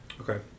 Okay